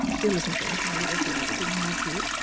still isn't very highly regulated, in my view,